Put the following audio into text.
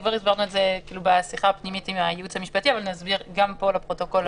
כבר הסברנו בשיחה הפנימית עם הייעוץ המשפטי אבל נסביר גם פה לפרוטוקול,